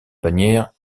bannière